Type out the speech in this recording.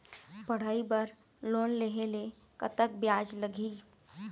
पढ़ई बर लोन लेहे ले कतक ब्याज लगही?